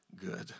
good